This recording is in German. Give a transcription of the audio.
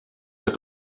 der